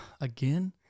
Again